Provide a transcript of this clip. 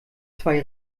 zwei